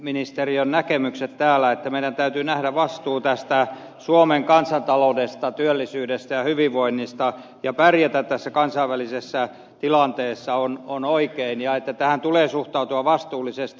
valtiovarainministerin näkemykset että meidän täytyy nähdä vastuu suomen kasantaloudesta työllisyydestä ja hyvinvoinnista ja pärjätä tässä kansainvälisessä tilanteessa ovat oikein ja tähän tulee suhtautua vastuullisesti